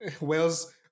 Wales